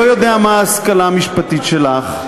אני לא יודע מה ההשכלה המשפטית שלך.